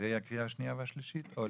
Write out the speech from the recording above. אחרי הקריאה השנייה והשלישית או לפני?